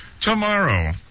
tomorrow